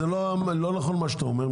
זה לא נכון מה שאתה אומר,